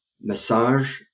massage